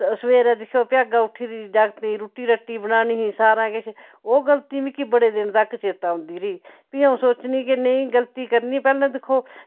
सवेरे दिक्खओ भ्यागा उठी'र जागतें दी रुट्टी रट्टी बनानी ही सारा किश ओह् गलती मिकी बड़े दिन तक चेत्ता औंदी रेही फ्ही अ'ऊं सोचनी कि नेईं गलती करनी पैह्लें दिक्खो